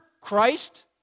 Christ